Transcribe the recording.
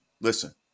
Listen